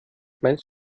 meinst